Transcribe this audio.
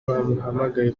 bamuhamagaye